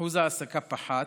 אחוז ההעסקה פחת,